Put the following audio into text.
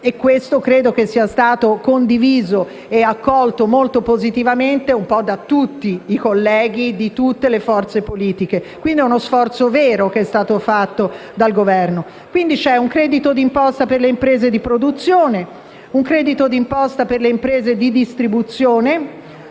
e credo che ciò sia stato condiviso e accolto molto positivamente da un po' tutti i colleghi di tutte le forze politiche. Si tratta di uno sforzo vero fatto dal Governo. C'è, quindi, un credito di imposta per le imprese di produzione, un credito di imposta per le imprese di distribuzione